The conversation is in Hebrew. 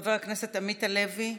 חבר הכנסת עמית הלוי,